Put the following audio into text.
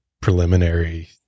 preliminary